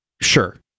Sure